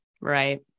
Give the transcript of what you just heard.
Right